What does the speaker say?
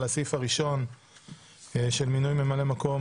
את הסעיף הראשון של מינוי ממלא מקום